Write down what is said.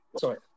Sorry